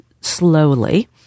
slowly